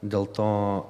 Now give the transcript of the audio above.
dėl to